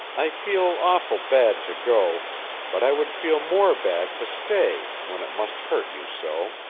i feel awful bad to go but i would feel more bad to stay when it must hurt you so.